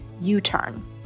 U-Turn